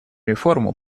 реформу